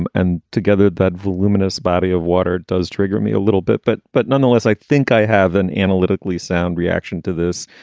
and and together, that voluminous body of water does trigger me a little bit. but but nonetheless, i think i have an analytically sound reaction to this,